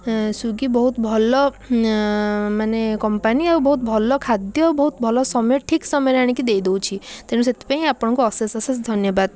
ବହୁତ ଭଲ ମାନେ କମ୍ପାନୀ ଆଉ ବହୁତ ଭଲ ଖାଦ୍ୟ ବହୁତ ଭଲ ସମୟ ଠିକ୍ ସମୟରେ ଆଣିକି ଦେଇଦେଉଛି ତେଣୁ ସେଥିପାଇଁ ଆପଣଙ୍କୁ ଅଶେଷ ଅଶେଷ ଧନ୍ୟବାଦ